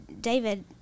David